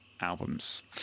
albums